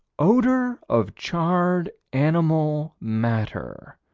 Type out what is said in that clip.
odor of charred animal matter.